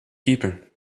keeping